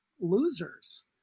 losers